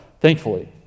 thankfully